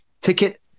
ticket